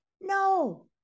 No